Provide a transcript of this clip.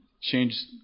change